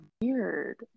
weird